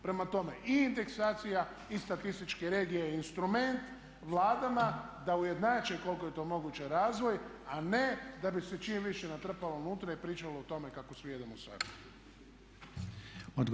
Prema tome i indeksacija i statističke regije je instrument vladama da ujednače koliko je to moguće razvoj, a ne da bi se čim više natrpalo unutra i pričalo o tome kako svi jedemo sarmu.